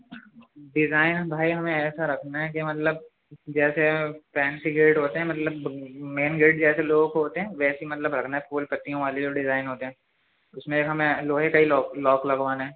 design بھائی ہمیں ایسا رکھنا ہے کہ مطلب جیسے فینسی گیٹ ہوتے ہیں مطلب مین گیٹ جیسے لوگوں کے ہوتے ہیں ویسی مطلب رکھنا ہے پھول پتیوں والے جو ڈیزائن ہوتے ہیں اس میں ایک ہمیں لوہے کا ہی لاک لاک لگوانا ہے